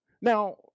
Now